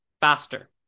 faster